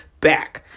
back